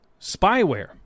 spyware